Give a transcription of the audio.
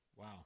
Wow